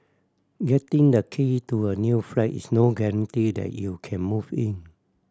getting the key to a new flat is no guarantee that you can move in